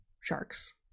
sharks